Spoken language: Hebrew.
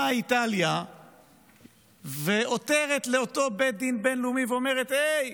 באה איטליה ועותרת לאותו בית דין בין-לאומי ואומרת: הי,